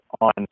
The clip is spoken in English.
on